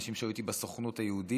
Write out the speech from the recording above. אנשים שהיו איתי בסוכנות היהודית